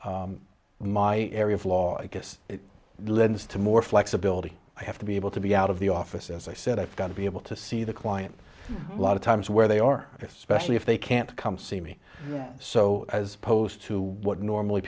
my area of law i guess it lends to more flexibility i have to be able to be out of the office as i said i've got to be able to see the client a lot of times where they are especially if they can't come see me so as opposed to what normally